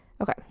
Okay